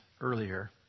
earlier